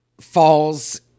falls